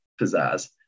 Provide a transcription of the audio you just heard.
pizzazz